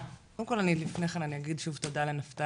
קודם כל אני אגיד שוב תודה לנפתלי,